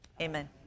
Amen